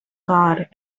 god